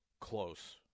Close